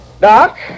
Doc